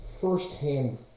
first-hand